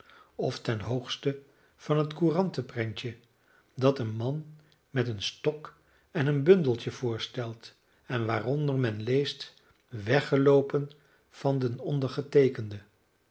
of ten hoogste van het courantenprentje dat een man met een stok en een bundeltje voorstelt en waaronder men leest weggeloopen van den